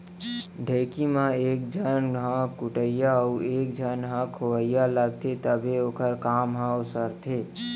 ढेंकी म एक झन ह कुटइया अउ एक झन खोवइया लागथे तभे ओखर काम हर उसरथे